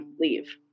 leave